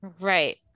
right